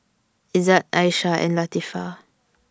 Izzat Aisyah and Latifa